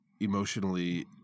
emotionally